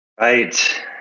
Right